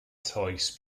toes